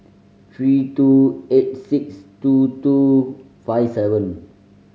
three two eight six two two five seven